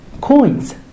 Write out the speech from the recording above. coins